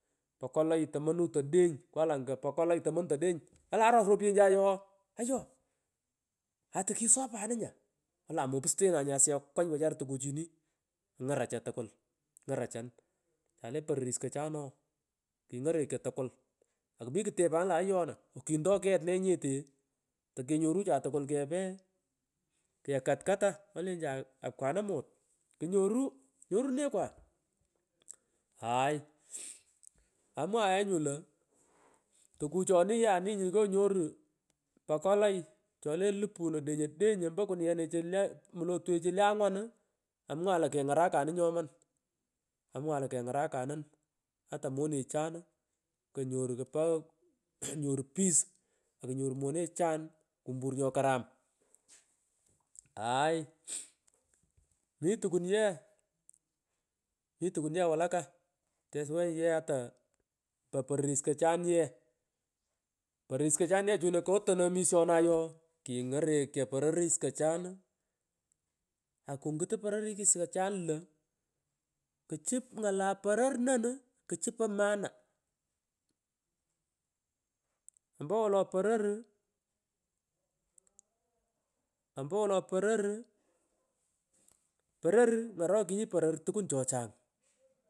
Pokolo tomonut odeny kwal anga pokchay tomanut odeng olan ros ropuyenmi ooh ktanany haiyorol atu kisopumunya olan mpenetaa nye asiyexh kokai tukuchini ngarachun tukul ng’arachan chole porokis kochana ooh kingetekcho tukul akmi ktepanu la ayoo noa okwinti ket nee nyete tokenyorecho tukul akmi ktepanu la ayoo noa okwintoa ket nyotu reh nyorurukwa mmh haay amwaghari nyu lo tukwoni ani nyu kunyoru pakalay chole elupuri odeny odeny ompo kunuyenichi mpo muteresech le angwaan amwang’ari lo kangarachumuni myoman amwangari lo kengara chamun ata mpo pororis kachoni yee pororis kochan ye chino katonan omishonay ooh kangerekcho pororis kochan uuh akurgitu pororis uuh ngalam pich ompowolo poror wuh ngotokunyi poror tukuri choching.